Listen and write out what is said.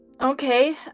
Okay